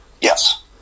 Yes